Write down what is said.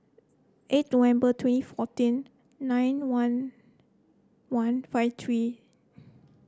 eight November twenty fourteen nine one one five three